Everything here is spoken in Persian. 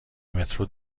مترو